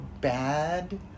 bad